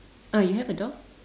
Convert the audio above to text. uh you have a dog